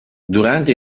durante